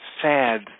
sad